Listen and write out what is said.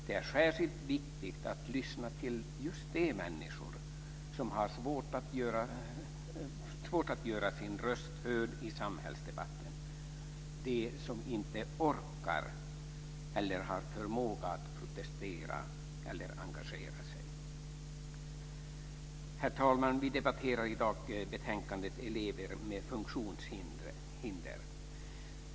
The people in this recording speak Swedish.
Det är särskilt viktigt att lyssna till just de människor som har svårt att göra sin röst hörd i samhällsdebatten, de som inte orkar eller har förmåga ett protestera eller engagera sig. Herr talman! Vi debatterar i dag betänkandet Elever med funktionshinder.